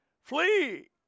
Flee